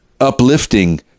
uplifting